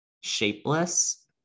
shapeless